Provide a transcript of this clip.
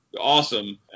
awesome